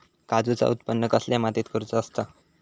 काजूचा उत्त्पन कसल्या मातीत करुचा असता?